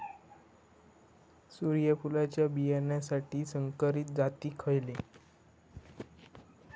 सूर्यफुलाच्या बियानासाठी संकरित जाती खयले?